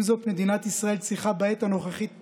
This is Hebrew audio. עם זאת, מדינת ישראל, צריכה בעת הנוכחית תקציב.